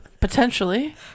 potentially